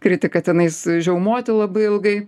kritiką tenais žiaumoti labai ilgai